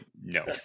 No